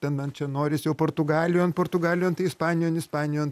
ten man čia noris jau portugalijon portugalijon tai ispanijon ispanijon